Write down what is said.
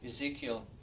Ezekiel